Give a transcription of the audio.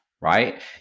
right